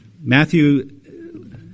Matthew